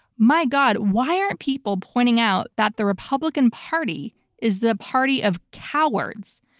my god, why aren't people pointing out that the republican party is the party of cowards?